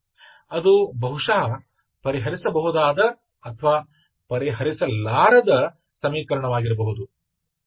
ಅದು ಬಹುಶಃ ಪರಿಹರಿಸಬಹುದಾದ ಅಥವಾ ಪರಿಹರಿಸಲಾರದ ಸಮೀಕರಣವಾಗಿರಬಹುದು